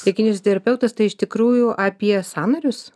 tai kinioziterapeutas tai iš tikrųjų apie sąnarius